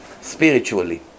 spiritually